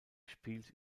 spielt